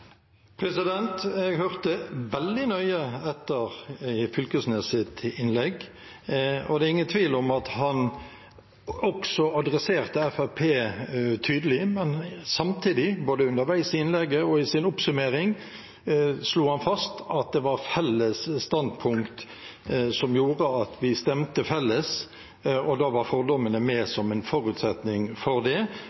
Jeg hørte veldig nøye etter i representanten Knag Fylkesnes’ innlegg, og det er ingen tvil om at han også adresserte Fremskrittspartiet veldig tydelig. Samtidig, både underveis i innlegget og i sin oppsummering, slo han fast at det var felles standpunkt som gjorde at vi stemte felles, og da var fordommene med